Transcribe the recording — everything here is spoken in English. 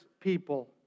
people